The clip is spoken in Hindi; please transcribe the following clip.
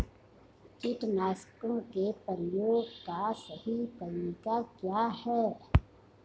कीटनाशकों के प्रयोग का सही तरीका क्या है?